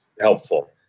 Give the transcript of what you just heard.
helpful